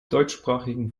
deutschsprachigen